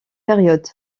période